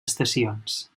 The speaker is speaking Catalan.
estacions